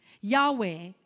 Yahweh